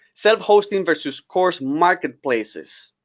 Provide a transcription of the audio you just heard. self-hosting versus course marketplaces,